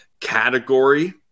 category